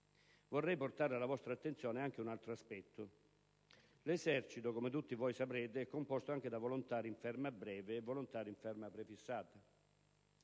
Vorrei portare alla vostra attenzione anche un altro aspetto. L'Esercito, come tutti voi saprete, è composto anche da volontari in ferma breve e in ferma prefissata.